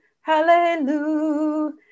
Hallelujah